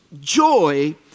Joy